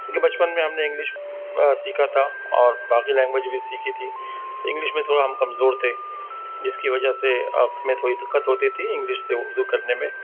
کیونکہ بچپن میں ہم نے انگلش سیکھا تھا اور باقی لینگویج بھی سیکھی تھی تو انگلش میں تھوڑا ہم کمزور تھے جس کی وجہ سے ہمیں تھوڑی دقت ہوتی تھی انگلش سے اردو کرنے میں